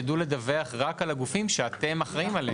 תדעו לדווח רק על הגופים שאתם אחראים עליהם.